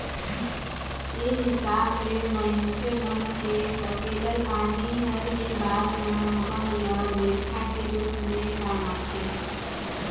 ए हिसाब ले माइनसे मन के सकेलल पानी हर ही बाद में हमन ल बईरखा के रूप में काम आथे